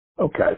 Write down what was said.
Okay